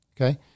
Okay